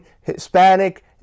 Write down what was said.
Hispanic